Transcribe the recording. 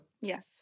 yes